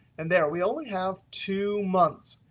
and there we only have two months.